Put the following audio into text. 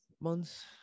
months